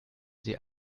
sie